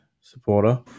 supporter